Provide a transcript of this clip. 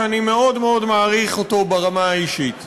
שאני מאוד מאוד מעריך אותו ברמה האישית.